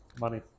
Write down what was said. Money